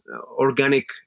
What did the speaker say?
organic